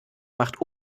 macht